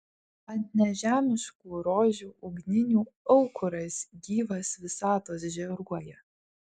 ant nežemiškų rožių ugninių aukuras gyvas visatos žėruoja